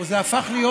אתה צודק.